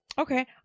Okay